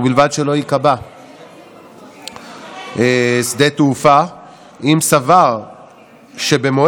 ובלבד שלא ייקבע בשדה תעופה אם סבר שבמועד